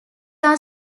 are